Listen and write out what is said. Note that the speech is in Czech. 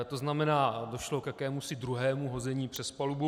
To znamená, došlo k jakému druhému hození přes palubu.